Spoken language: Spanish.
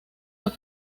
los